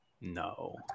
No